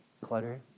Clutter